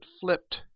flipped